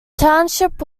township